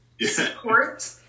support